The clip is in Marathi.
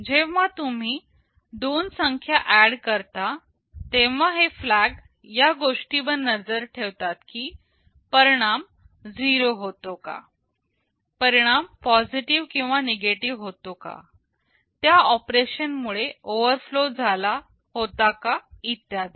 जेव्हा तुम्ही दोन संख्या ऍड करता तेव्हा हे फ्लॅग या गोष्टीवर नजर ठेवतात की परिणाम 0 होता का परिणाम पॉझिटिव किंवा निगेटिव्ह होता का त्या ऑपरेशन मुळे ओवरफ्लो झाला होता का इत्यादी